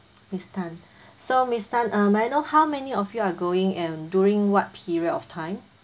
miss Tan so miss Tan um I know how many of you are going and during what period of time